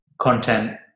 content